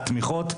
תמיכות.